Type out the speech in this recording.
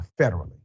federally